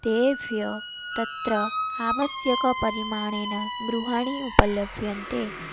तेभ्यः तत्र आवश्यकपरिमाणेन गृहाणि उपलभ्यन्ते